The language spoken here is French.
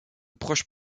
proches